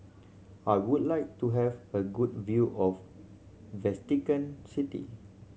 I would like to have a good view of Vatican City